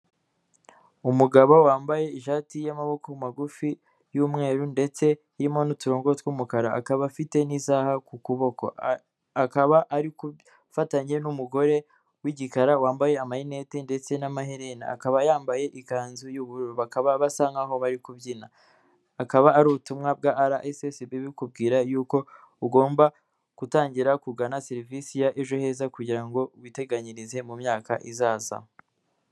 Umugabo wambaye ishati y'amaboko magufi y'umweru ndetse irimo n'uturongo tw'umukara. Akaba afite n'isaha ku kuboko. Akaba ari arigufatanye n'umugore w'igikara wambaye amarinete ndetse n'amaherena. Akaba yambaye ikanzu y'ubururu. Bakaba basa nkaho barikubyina. Akaba ari ubutumwa bwa RSSB bikubwira yuko ugomba gutangira kugana serivisi ya ejo heza kugira ngo witeganyirize mu myaka izaza.